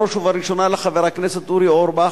בראש ובראשונה לחבר הכנסת אורי אורבך: